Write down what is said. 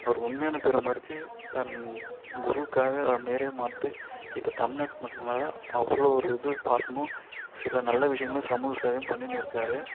அவர் உண்மையான பேரை மறைத்து தன் குருக்காக பேரே மாற்றி இப்போ தமிழ்நாட்டு மக்கள் மேலே அவ்வளோ ஒரு இது பாசமும் சில நல்ல விஷயங்களும் சமூக சேவையும் பண்ணிகிண்னு இருக்கார்